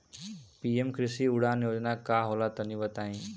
PM कृषि उड़ान योजना का होला तनि बताई?